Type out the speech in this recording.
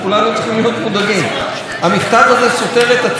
המכתב הזה סותר את עצמו גם בהתחלה,